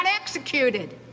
executed